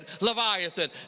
Leviathan